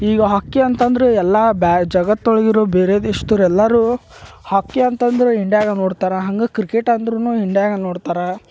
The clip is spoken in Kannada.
ಈಗ ಹಾಕಿ ಅಂತಂದ್ರೆ ಎಲ್ಲಾ ಬ್ಯಾ ಜಗತ್ತೊಳಗಿರು ಬೇರೆ ದೇಶ್ದೋರು ಎಲ್ಲಾರೂ ಹಾಕಿ ಅಂತಂದ್ರೆ ಇಂಡ್ಯಾಗ ನೋಡ್ತಾರೆ ಹಂಗೆ ಕ್ರಿಕೇಟ್ ಅಂದ್ರು ಇಂಡ್ಯಾಗ ನೋಡ್ತಾರೆ